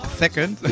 second